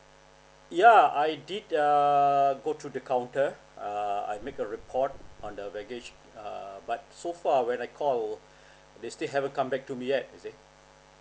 yeah I did err go to the counter err I make a report on the baggage err but so far when I call they still haven't come back to me yet you see